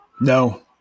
No